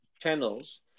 channels